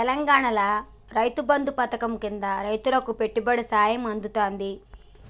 తెలంగాణాల రైతు బంధు పథకం కింద రైతులకు పెట్టుబడి సాయం అందుతాంది